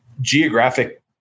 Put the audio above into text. geographic